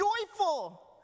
joyful